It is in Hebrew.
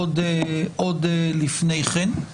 עוד לפני כן.